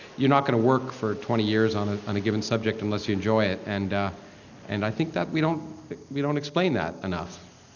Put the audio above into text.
you're not going to work for twenty years on ah and a given subject unless you enjoy it, and and i think that we don't we don't explain that enough